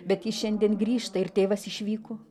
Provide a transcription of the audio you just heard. bet ji šiandien grįšta ir tėvas išvyko